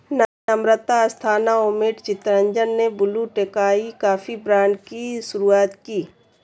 नम्रता अस्थाना व मैट चितरंजन ने Blue Tokai coffee brand की शुरुआत की